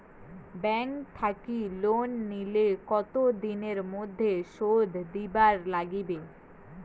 Bank থাকি loan নিলে কতো দিনের মধ্যে শোধ দিবার নাগিবে?